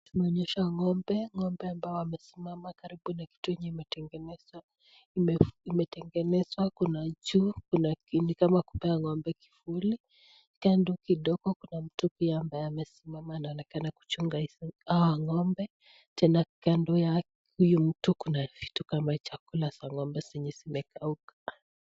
Tumeonyeshwa ng'ombe ambao wako juu tena kando ya huyu mtu Kuna vitu kama hii ng'ombe wanakula ni vitu kama chakula.